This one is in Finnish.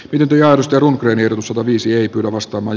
ylityöarvostelun rene kosovo pysyy kyllä vastaamaan